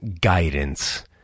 guidance